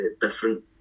different